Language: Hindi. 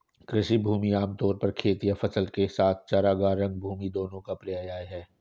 कृषि भूमि आम तौर पर खेत या फसल के साथ चरागाह, रंगभूमि दोनों का पर्याय है